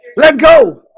let go